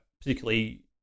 particularly